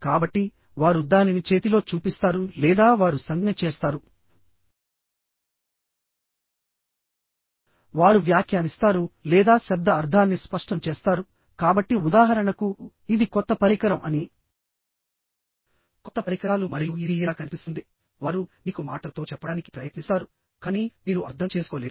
కాబట్టి వారు దానిని చేతిలో చూపిస్తారు లేదా వారు సంజ్ఞ చేస్తారు వారు వ్యాఖ్యానిస్తారు లేదా శబ్ద అర్ధాన్ని స్పష్టం చేస్తారు కాబట్టి ఉదాహరణకు ఇది కొత్త పరికరం అని కొత్త పరికరాలు మరియు ఇది ఇలా కనిపిస్తుంది వారు మీకు మాటలతో చెప్పడానికి ప్రయత్నిస్తారు కానీ మీరు అర్థం చేసుకోలేరు